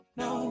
no